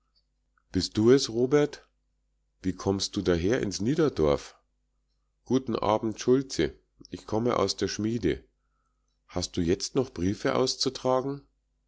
bist du es robert wie kommst du daher ins niederdorf guten abend schulze ich komme aus der schmiede hast du jetzt noch briefe auszutragen